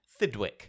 Thidwick